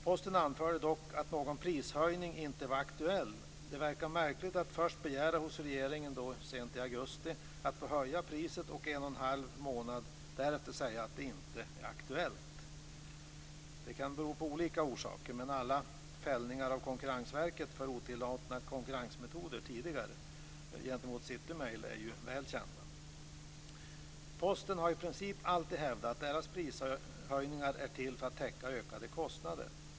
Posten anförde dock att någon prishöjning inte var aktuell. Det verkar märkligt att först, sent i augusti, begära hos regeringen att få höja priset och en och en halv månad därefter säga att det inte är aktuellt. Det kan ha olika orsaker, men alla Konkurrensverkets fällningar för otillåtna konkurrensmetoder gentemot City Mail tidigare är ju väl kända. Posten har i princip alltid hävdat att deras prishöjningar är till för att täcka ökade kostnader.